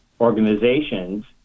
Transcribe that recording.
organizations